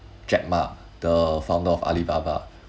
jack ma the founder of Alibaba